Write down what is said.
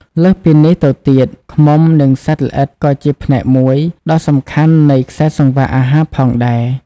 លើសពីនេះទៅទៀត ឃ្មុំ និងសត្វល្អិតក៏ជាផ្នែកមួយដ៏សំខាន់នៃខ្សែសង្វាក់អាហារផងដែរ។